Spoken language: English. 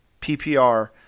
PPR